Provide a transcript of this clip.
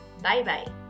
Bye-bye